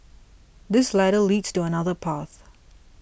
this ladder leads to another path